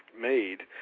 made